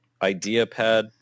IdeaPad